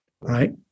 right